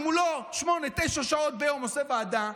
אם הוא לא שמונה-תשע שעות ביום עושה ועדה,